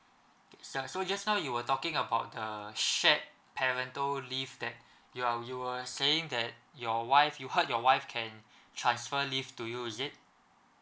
sir so just now you were talking about the shared parental leave that you're um you were saying that your wife you heard your wife can transfer leave to you is it